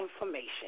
information